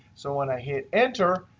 so when i hit enter,